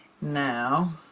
now